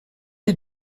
est